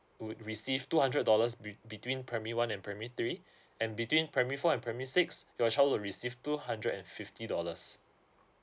would receive two hundred dollars be between primary one and primary three and between primary four and primary six your childhood will receive two hundred and fifty dollars